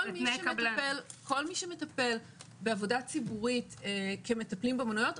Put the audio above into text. כל מי שמטפל בעבודה ציבורית כמטפלים באומנויות,